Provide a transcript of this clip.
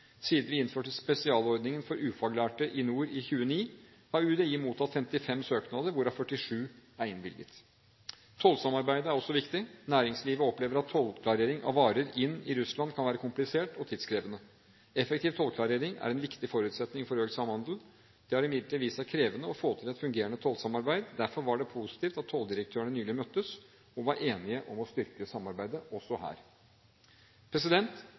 Siden vi innførte spesialordningen for ufaglærte i nord i 2009, har UDI mottatt 55 søknader, hvorav 47 er innvilget. Tollsamarbeidet er også viktig. Næringslivet opplever at tollklarering av varer inn i Russland kan være komplisert og tidkrevende. Effektiv tollklarering er en viktig forutsetning for økt samhandel. Det har imidlertid vist seg krevende å få til et fungerende tollsamarbeid. Derfor var det positivt at tolldirektørene nylig møttes og var enige om å styrke samarbeidet også